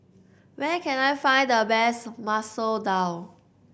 where can I find the best Masoor Dal